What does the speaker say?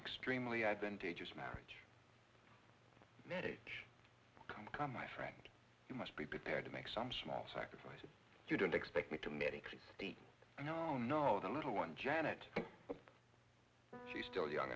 extremely advantageous marriage marriage come come my friend you must be prepared to make some small sacrifices if you don't expect me to make sixty no no the little one janet she's still young